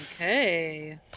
Okay